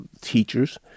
teachers